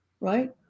right